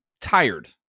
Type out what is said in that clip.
tired